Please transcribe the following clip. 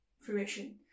fruition